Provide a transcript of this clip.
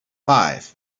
five